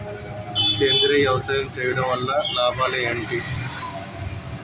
సేంద్రీయ వ్యవసాయం చేయటం వల్ల లాభాలు ఏంటి?